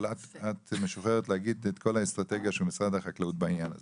אבל את משוחררת להגיד את כל האסטרטגיה של משרד החקלאות בעניין הזה.